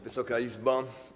Wysoka Izbo!